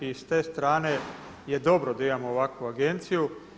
I s te strane je dobro da imamo ovakvu Agenciju.